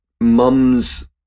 mum's